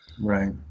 Right